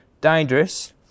dangerous